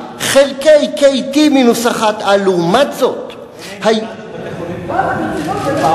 ככה:  לעומת זאת, מה האינטגרל של בתי-חולים?